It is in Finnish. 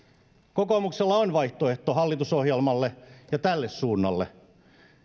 kokoomuksella on vaihtoehto hallitusohjelmalle ja tälle suunnalle